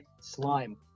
slime